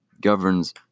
governs